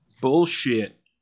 bullshit